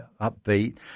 upbeat